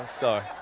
Sorry